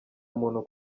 muntu